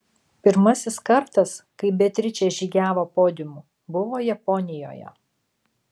pirmasis kartas kai beatričė žygiavo podiumu buvo japonijoje